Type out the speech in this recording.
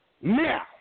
Now